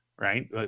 Right